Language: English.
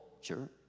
Sure